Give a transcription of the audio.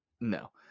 no